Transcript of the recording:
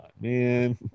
man